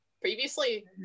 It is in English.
previously